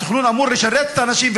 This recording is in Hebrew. התכנון אמור לשרת את האנשים,